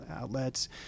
outlets